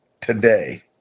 today